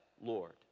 Lord